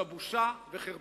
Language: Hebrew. זו בושה וחרפה.